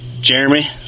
Jeremy